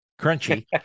crunchy